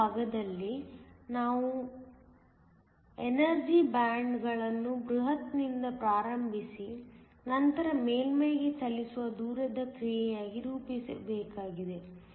ಕೊನೆಯ ಭಾಗದಲ್ಲಿ c ನಲ್ಲಿ ನಾವು ಎನರ್ಜಿ ಬ್ಯಾಂಡ್ಗಳನ್ನು ಬೃಹತ್ನಿಂದ ಪ್ರಾರಂಭಿಸಿ ನಂತರ ಮೇಲ್ಮೈಗೆ ಚಲಿಸುವ ದೂರದ ಕ್ರಿಯೆಯಾಗಿ ರೂಪಿಸಬೇಕಾಗಿದೆ